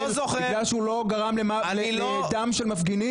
בגלל שהוא לא גרם לדם של מפגינים?